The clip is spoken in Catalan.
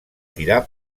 tirar